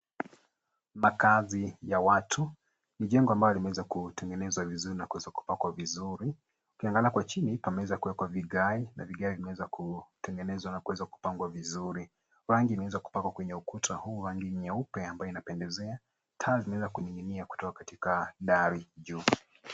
Makaazi ya watu, ni jengo ambalo limeweza kutengenezwa vizuri na kuweza kupakwa vizuri, ukiangalia hapo chini, pameweza kuwekwa vigae na vigae vimeweza kutengenezwa na kuweza kupangwa vizuri. Rangi imeweza kupakwa kwenye ukuta huu rangi nyeupe ambaye inapendezea, taa zimeweza kuning'inia kutoka katika dari juu.